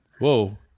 Whoa